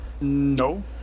No